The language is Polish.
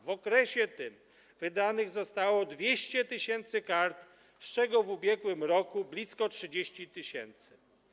W okresie tym wydanych zostało 200 tys. kart, z czego w ubiegłym roku blisko 30 tys.